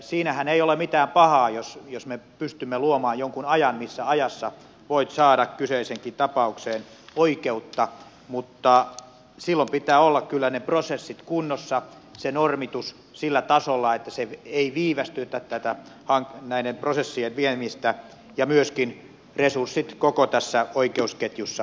siinähän ei ole mitään pahaa jos me pystymme luomaan jonkin ajan missä ajassa voi saada kyseiseenkin tapaukseen oikeutta mutta silloin pitää olla kyllä ne prosessit kunnossa se normitus sillä tasolla että se ei viivästytä näiden prosessien viemistä ja myöskin resurssit koko tässä oikeusketjussa asianmukaisella tasolla